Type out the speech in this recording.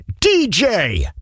DJ